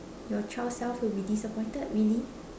your child self will be disappointed really